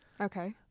Okay